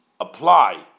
apply